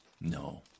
No